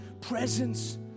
presence